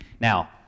Now